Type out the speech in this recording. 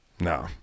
no